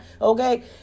Okay